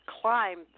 climb